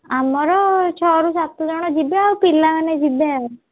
ଆମର ଛଅରୁ ସାତ ଜଣ ଯିବେ ଆଉ ପିଲାମାନେ ଯିବେ ଆଉ